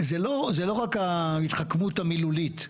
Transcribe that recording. זה לא רק ההתחכמות המילולית,